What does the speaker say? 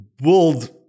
World